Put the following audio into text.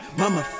mama